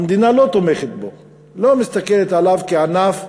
המדינה לא תומכת בו, לא מסתכלת עליו כעל ענף.